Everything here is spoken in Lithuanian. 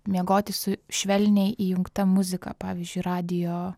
miegoti su švelniai įjungta muzika pavyzdžiui radijo